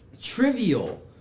trivial